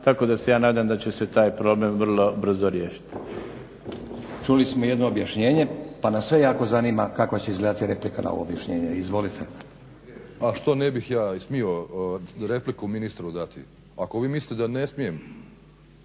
tako da se ja nadam da će se taj problem vrlo brzo riješiti. **Stazić, Nenad (SDP)** Čuli smo jedno objašnjenje pa nas sve jako zanima kako će izgledati replika na ovo objašnjenje. Izvolite. **Grubišić, Boro (HDSSB)** A što ne bih ja i smio repliku ministru dati? Ako vi mislite da ne smijem?